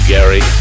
Gary